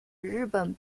日本